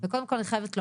קודם כל אני חייבת לומר,